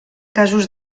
casos